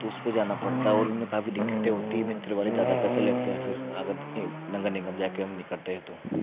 तो उस पर जाना पड़ता है और इनमें काफी दिक्कतें होती है मित्र वाले ज़्यादा पैसे लेते हैं फिर अगर नगर निगम जाकर हम नहीं करते हैं तो